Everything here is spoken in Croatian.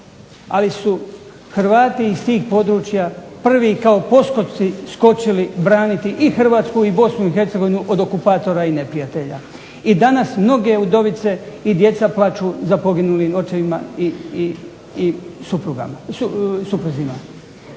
ali su Hrvati iz tih područja prvi kao poskoci skočili braniti i Hrvatsku i Bosnu i Hercegovinu od okupatora i neprijatelja. I danas mnoge udovice i djeca plaću za poginulim očevima i supruzima.